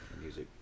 Music